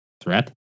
threat